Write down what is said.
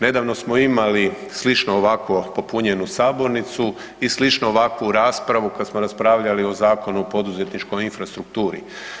Nedavno smo imali sličnu ovako popunjenu sabornicu i sličnu ovakvu raspravu kad smo raspravljali o Zakonu o poduzetničkoj infrastrukturi.